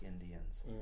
Indians